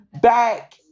back